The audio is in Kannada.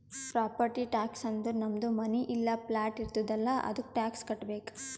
ಪ್ರಾಪರ್ಟಿ ಟ್ಯಾಕ್ಸ್ ಅಂದುರ್ ನಮ್ದು ಮನಿ ಇಲ್ಲಾ ಪ್ಲಾಟ್ ಇರ್ತುದ್ ಅಲ್ಲಾ ಅದ್ದುಕ ಟ್ಯಾಕ್ಸ್ ಕಟ್ಟಬೇಕ್